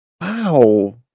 Wow